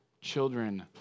children